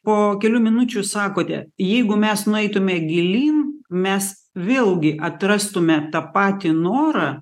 po kelių minučių sakote jeigu mes nueitume gilyn mes vėlgi atrastume tą patį norą